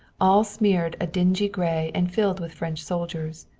all smeared a dingy gray and filled with french soldiers,